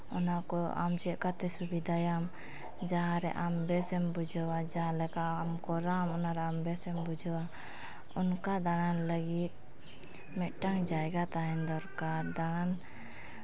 ᱚᱱᱟ ᱠᱚ ᱟᱢ ᱪᱮᱫᱠᱟᱴᱮ ᱥᱩᱵᱤᱰᱟᱭᱟᱢ ᱡᱟᱦᱟᱸ ᱨᱮ ᱟᱢ ᱵᱮᱥᱮᱢ ᱵᱩᱡᱷᱟᱹᱣᱟ ᱡᱟᱦᱟᱱ ᱞᱮᱠᱟ ᱟᱢ ᱠᱚᱨᱟᱣᱟᱢ ᱚᱱᱟᱨᱮ ᱟᱢ ᱵᱮᱥᱮᱢ ᱵᱩᱡᱷᱟᱹᱣᱟ ᱚᱱᱠᱟ ᱫᱟᱬᱟᱱ ᱞᱟᱹᱜᱤᱫ ᱢᱤᱫᱴᱟᱝ ᱡᱟᱭᱜᱟ ᱛᱟᱦᱮᱱ ᱫᱚᱨᱠᱟᱨ ᱫᱟᱬᱟᱱ